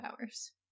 hours